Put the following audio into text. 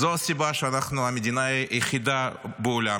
וזאת הסיבה שאנחנו המדינה היחידה בעולם